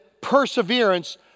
perseverance